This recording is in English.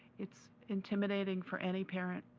it's intimidating for any parent,